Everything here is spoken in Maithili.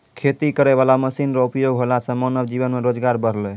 खेती करै वाला मशीन रो उपयोग होला से मानब जीवन मे रोजगार बड़लै